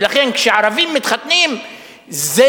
ולכן כשערבים מתחתנים זה